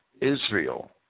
Israel